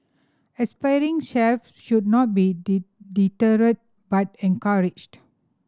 aspiring chefs should not be deterred but encouraged